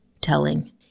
telling